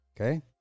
Okay